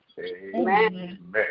Amen